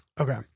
Okay